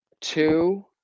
two